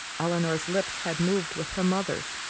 elinor's lips had moved with her mother's,